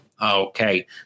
Okay